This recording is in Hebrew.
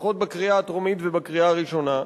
לפחות בקריאה הטרומית ובקריאה הראשונה.